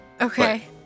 Okay